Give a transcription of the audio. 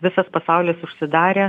visas pasaulis užsidarė